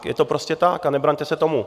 Je to prostě tak a nebraňte se tomu.